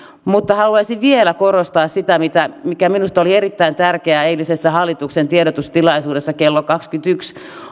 mutta haluaisin vielä korostaa sitä mikä minusta oli erittäin tärkeää eilisessä hallituksen tiedotustilaisuudessa kello kaksikymmentäyksi